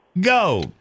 Go